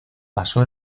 pasó